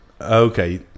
Okay